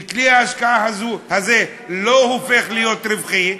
וכלי ההשקעה הזה לא הופך להיות רווחי,